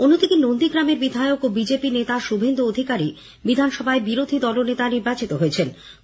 অন্যদিকে নন্দীগ্রামের বিধায়ক ও বিজেপি নেতা শুভেন্দু অধিকারী বিধানসভায় বিরোধী দলনেতা নির্বাচিত হয়েছেন